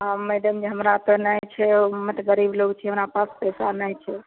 हँ मैडमजी हमरा तऽ नहि छै हमे तऽ गरीब लोग छी हमरा पास पैसा नहि छै